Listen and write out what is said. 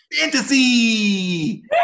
Fantasy